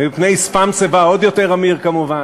ומפני שפם-שיבה עוד יותר, עמיר, כמובן.